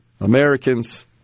Americans